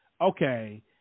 okay